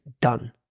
done